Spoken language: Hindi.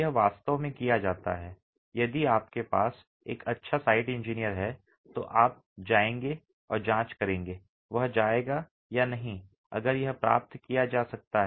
यह वास्तव में किया जाता है यदि आपके पास एक अच्छा साइट इंजीनियर है तो आप जाएंगे और जांच करेंगे वह जाएगा या नहीं अगर यह प्राप्त किया जा सकता है